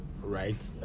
right